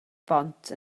bont